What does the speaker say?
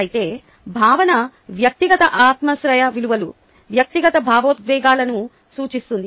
అయితే భావన వ్యక్తిగత ఆత్మాశ్రయ విలువలు వ్యక్తిగత భావోద్వేగాలను సూచించదు